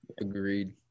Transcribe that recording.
Agreed